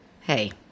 hey